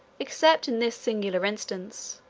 except in this singular instance,